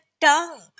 tongue